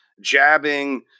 jabbing